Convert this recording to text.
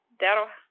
that'll